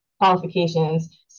qualifications